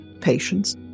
patience